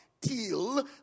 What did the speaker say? Till